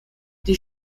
die